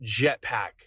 jetpack